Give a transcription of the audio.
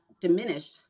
diminish